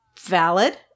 Valid